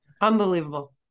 Unbelievable